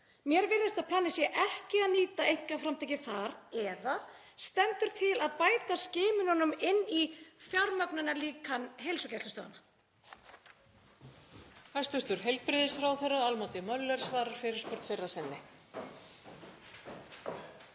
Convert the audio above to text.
Mér virðist að planið sé ekki að nýta einkaframtakið þar, eða stendur til að bæta skimunum inn í fjármögnunarlíkan heilsugæslustöðvanna?